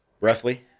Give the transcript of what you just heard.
roughly